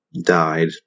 died